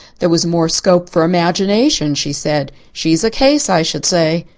there was more scope for imagination she said. she's a case, i should say.